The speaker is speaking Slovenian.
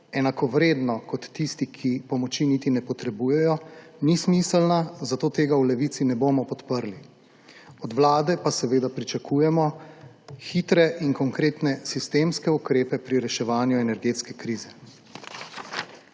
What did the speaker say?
enakovredno kot tisti, ki pomoči niti ne potrebujejo, ni smiselno, zato tega v Levici ne bomo podprli. Od Vlade pa seveda pričakujemo hitre in konkretne sistemske ukrepe pri reševanju energetske krize.